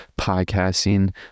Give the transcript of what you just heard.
podcasting